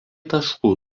taškų